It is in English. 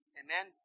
Amen